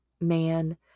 man